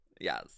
Yes